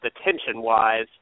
attention-wise